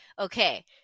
okay